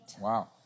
Wow